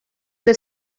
del